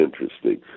interesting